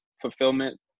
fulfillment